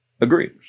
agree